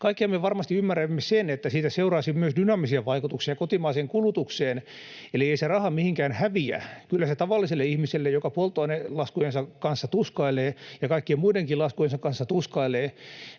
Kaikkihan me varmasti ymmärrämme sen, että siitä seuraisi myös dynaamisia vaikutuksia kotimaiseen kulutukseen, eli ei se raha mihinkään häviä. Kyllä sille tavalliselle ihmiselle, joka polttoainelaskujensa kanssa tuskailee ja kaikkien muidenkin laskujensa kanssa tuskailee,